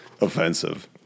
offensive